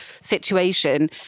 situation